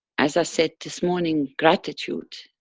as i said this morning, gratitude